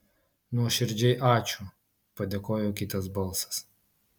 nuoširdžiai ačiū padėkojo kitas balsas